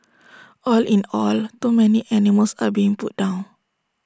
all in all too many animals are being put down